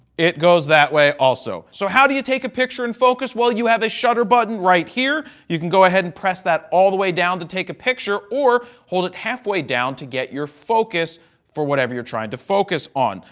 it goes that way also. so, how do you take a picture in focus? well, you have a shutter button right here. you can go ahead and press that all the way down to take a picture or hold it halfway down to get your focus for whatever you're trying to focus on.